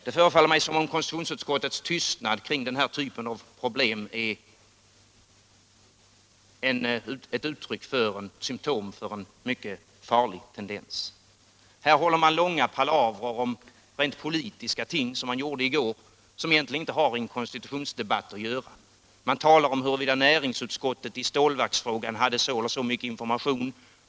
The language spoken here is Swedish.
Det förefaller mig som om konstitutionsutskottets tystnad kring denna typ av problem är ett symtom på en mycket farlig tendens. Här håller man — som i går — långa palavrer om rent politiska ting, som egentligen inte har i en konstitutionsdebatt att göra. Man diskuterar huruvida näringsutskottet i stålverksfrågan hade si eller så mycket information.